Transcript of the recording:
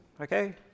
Okay